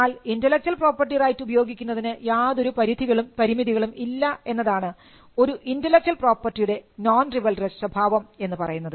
എന്നാൽ intellectual property right ഉപയോഗിക്കുന്നതിന് യാതൊരു പരിധികളും പരിമിതികളും ഇല്ല എന്നതാണ് ഒരു ഇന്റെലക്ച്വൽ പ്രോപ്പർട്ടിയുടെ നോൺ റിവൽറസ്സ് സ്വഭാവം എന്ന് പറയുന്നത്